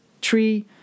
tree